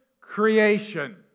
creation